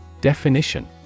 Definition